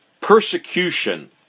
persecution